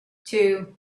two